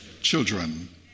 children